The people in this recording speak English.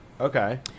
Okay